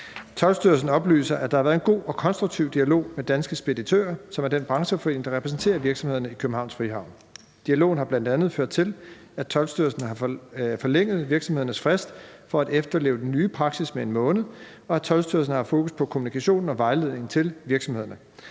Toldstyrelsen oplyser, at der har været en god og konstruktiv dialog med Danske Speditører, som er den brancheforening, der repræsenterer virksomhederne i Københavns Frihavn. Dialogen har bl.a. ført til, at Toldstyrelsen har forlænget virksomhedernes frist for at efterleve den nye praksis med 1 måned, og at Toldstyrelsen har haft fokus på kommunikationen og vejledningen til virksomhederne.